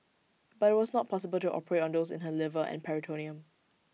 but IT was not possible to operate on those in her liver and peritoneum